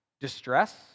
distress